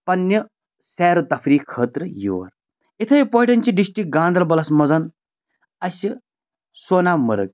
پنٛنہِ سیرٕ تفریح خٲطرٕ یور یِتھے پٲٹھۍ چھِ ڈِسٹِک گانٛدربلس منٛز اَسہِ سونامرٕگ